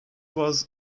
was